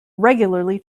regularly